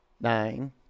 nine